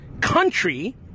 country